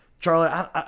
Charlie